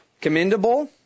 commendable